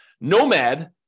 Nomad